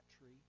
tree